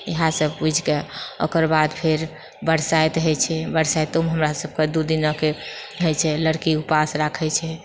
इएह सभ पूजिके ओकर बाद फेर बरसाइत होइत छै बरसाइतोमे हमरा सभकेँ दू दिनक होइत छै लड़की उपास राखैत छै